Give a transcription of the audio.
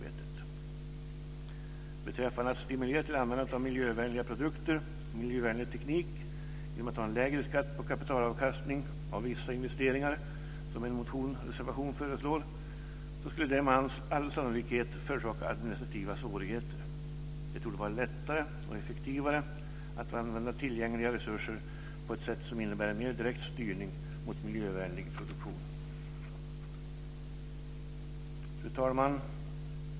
Förslaget i en motion och en reservation om att användande av miljövänliga produkter och miljövänlig teknik ska stimuleras genom en lägre skatt på kapitalavkastningen av vissa investeringar skulle med all sannolikhet förorsaka administrativa svårigheter. Det torde vara lättare och effektivare att använda tillgängliga resurser på ett sätt som innebär en mer direkt styrning mot miljövänlig produktion. Fru talman!